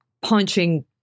punching